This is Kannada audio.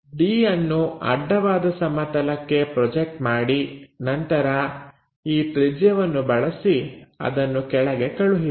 D ಅನ್ನು ಅಡ್ಡವಾದ ಸಮತಲಕ್ಕೆ ಪ್ರೊಜೆಕ್ಟ್ ಮಾಡಿ ನಂತರ ಈ ತ್ರಿಜ್ಯವನ್ನು ಬಳಸಿ ಅದನ್ನು ಕೆಳಗೆ ಕಳುಹಿಸಿ